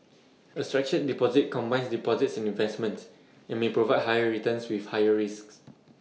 A structured deposit combines deposits and investments and may provide higher returns with higher risks